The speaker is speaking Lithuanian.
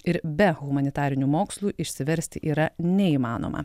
ir be humanitarinių mokslų išsiversti yra neįmanoma